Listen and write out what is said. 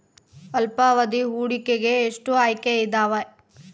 ಅಲ್ಪಾವಧಿ ಹೂಡಿಕೆಗೆ ಎಷ್ಟು ಆಯ್ಕೆ ಇದಾವೇ?